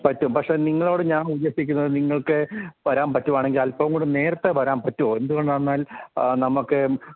പറ്റും പക്ഷെ നിങ്ങളോടു ഞാൻ ഉദ്ദേശിക്കുന്നത് നിങ്ങൾക്കു വരാൻ പറ്റുകയാണെങ്കിൽ അൽപ്പം കൂടെ നേരത്തെ വരാൻ പറ്റുമോ എന്തുകൊണ്ടാണെന്നാൽ നമുക്ക്